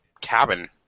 cabin